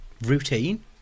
routine